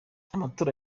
amatora